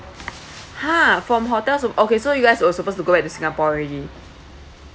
ha from hotel to okay so you guys was supposed to go back singapore already